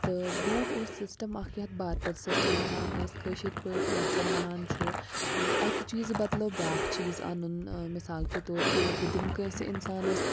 تہٕ برٛونٛٹھ اوس سِسٹَم اَکھ یَتھ بارتر سِسٹَم وَنان ٲسۍ کٲشِر پٲٹھۍ یَتھ زَن وَنان چھُ اَکہِ چیٖزٕ بَدلہٕ بیٛاکھ چیٖز اَنُن مِثال کے طور پے بہٕ دِمہٕ کٲنٛسہِ اِنسانَس